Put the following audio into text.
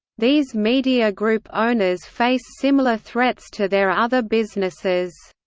these media group owners face similar threats to their other businesses.